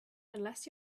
unless